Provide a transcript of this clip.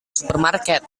supermarket